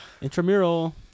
Intramural